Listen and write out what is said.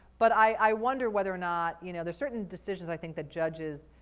but i wonder whether or not, you know, there's certain decisions i think that judges